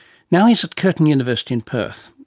now he's at curtin university in perth.